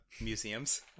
museums